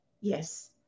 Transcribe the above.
Yes